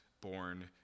born